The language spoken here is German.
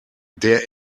der